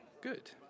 Good